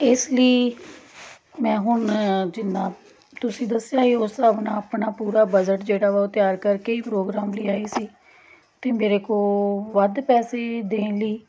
ਇਸ ਲਈ ਮੈਂ ਹੁਣ ਜਿੰਨਾ ਤੁਸੀਂ ਦੱਸਿਆ ਸੀ ਉਸ ਹਿਸਾਬ ਨਾਲ ਆਪਣਾ ਪੂਰਾ ਬਜਟ ਜਿਹੜਾ ਵਾ ਉਹ ਤਿਆਰ ਕਰਕੇ ਹੀ ਪ੍ਰੋਗਰਾਮ ਲਈ ਆਈ ਸੀ ਅਤੇ ਮੇਰੇ ਕੋਲ ਵੱਧ ਪੈਸੇ ਦੇਣ ਲਈ